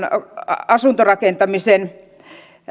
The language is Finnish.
asuntorakentamiseen